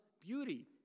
beauty